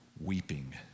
weeping